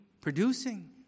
producing